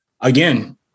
again